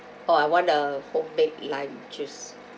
oh I want the homemade lime juice